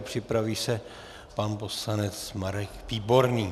Připraví se pan poslanec Marek Výborný.